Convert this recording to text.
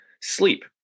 sleep